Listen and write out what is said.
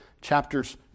chapters